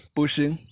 pushing